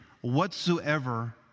whatsoever